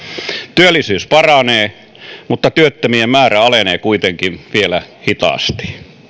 työllisyys paranee mutta työttömien määrä alenee kuitenkin vielä hitaasti